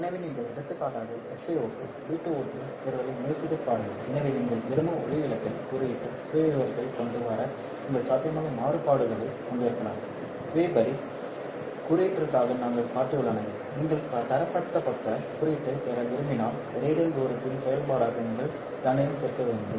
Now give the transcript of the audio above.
எனவே நீங்கள் எடுத்துக்காட்டாக SiO2 B2O3 சேர்த்தலை முயற்சித்துப் பாருங்கள் எனவே நீங்கள் விரும்பும் ஒளிவிலகல் குறியீட்டு சுயவிவரத்தைக் கொண்டு வர நீங்கள் சாத்தியமான மாறுபாடுகளைக் கொண்டிருக்கலாம் இவை படி குறியீட்டிற்காக நாங்கள் காட்டியுள்ளவை நீங்கள் தரப்படுத்தப்பட்ட குறியீட்டைப் பெற விரும்பினால் ரேடியல் தூரத்தின் செயல்பாடாக நீங்கள் தண்டனையையும் சேர்க்க வேண்டும்